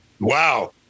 Wow